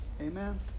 Amen